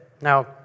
Now